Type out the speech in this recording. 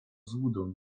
złudą